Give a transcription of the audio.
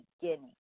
beginning